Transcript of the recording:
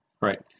right